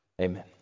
amen